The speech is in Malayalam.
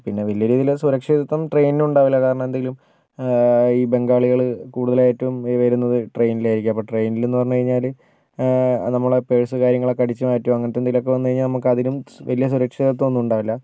പിന്നെ വലിയ രീതിയിലുള്ള സുരക്ഷിതത്വം ട്രെയ്നിനുണ്ടാവില്ല കാരണം എന്തെങ്കിലും ഈ ബംഗാളികൾ കൂടുതലായിട്ടും ഇ വരുന്നത് ട്രെയ്നിലായിരിക്കും അപ്പോൾ ട്രെയ്നിലിന്ന് പറഞ്ഞ്കഴിഞ്ഞാൽ നമ്മളെ പേഴ്സ് കാര്യങ്ങളൊക്കെ അടിച്ചുമാറ്റുക അങ്ങനെതെന്തെങ്കിലൊക്കെ വന്നുകഴിഞ്ഞാൽ നമുക്ക് അതിനും വലിയ സുരക്ഷിതത്വന്നും ഉണ്ടാവില്ല